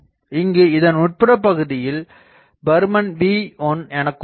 இங்கு இதன் உட்புற பகுதியின் பருமன் V1 எனக்கொள்வோம்